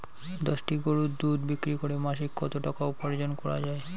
দশটি গরুর দুধ বিক্রি করে মাসিক কত টাকা উপার্জন করা য়ায়?